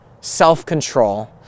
self-control